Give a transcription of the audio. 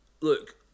look